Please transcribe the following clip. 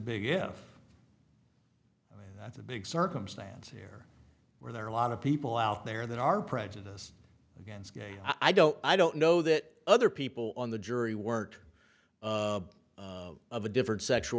yeah that's a big circumstance here where there are a lot of people out there that are prejudiced against gays i don't i don't know that other people on the jury work of a different sexual